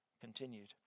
continued